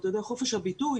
חופש הביטוי